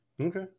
Okay